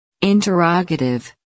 Interrogative